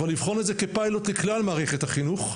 אבל לבחון את זה כפיילוט לכלל מערכת החינוך.